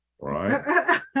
right